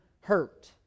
hurt